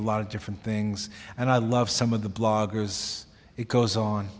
a lot of different things and i love some of the bloggers it goes on